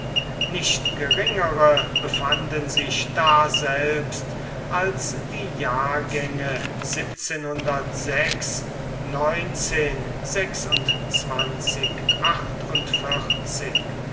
nicht geringere befanden sich daselbst als die jahrgänge